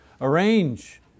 arrange